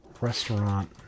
restaurant